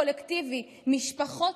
חברת הכנסת לזימי, משפט